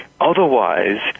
Otherwise